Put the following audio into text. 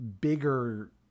bigger